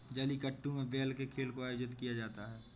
जलीकट्टू में बैल के खेल को आयोजित किया जाता है